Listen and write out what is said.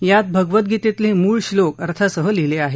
यात भगवद्वीतेतले मूळ श्लोक अर्थासह लिहिले आहेत